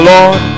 Lord